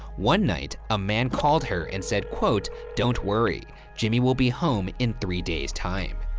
one night, a man called her and said, don't worry, jimmy will be home in three days time.